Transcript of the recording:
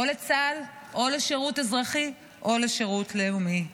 או לצה"ל או לשירות אזרחי או לשירות לאומי.